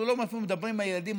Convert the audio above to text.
אנחנו אף פעם לא מדברים על הילדים עם